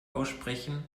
aussprechen